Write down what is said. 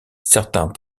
certains